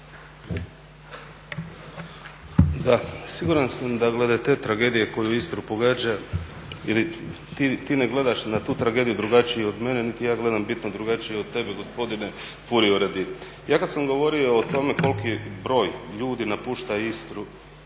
DI)** Sigurno sam da glede te tragedije koja Istru pogađa ili ti ne gledaš na tu tragediju drugačije od mene, niti ja gledam bitno drugačije od tebe gospodine Furio Radin. Ja kad sam govorio o tome koliki broj ljudi napušta Istru